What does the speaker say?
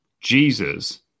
Jesus